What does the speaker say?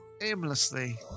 aimlessly